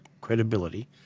credibility